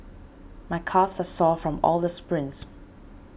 my calves are sore from all the sprints